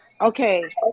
Okay